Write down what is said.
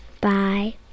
Bye